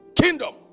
Kingdom